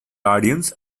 audience